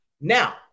Now